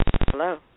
Hello